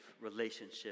Relationship